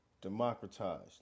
democratized